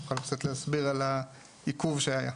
אתה יכול קצת להסביר על העיכוב שהיה?